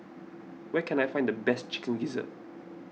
where can I find the best Chicken Gizzard